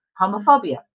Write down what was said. homophobia